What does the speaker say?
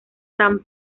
san